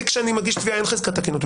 לגבי החזקה,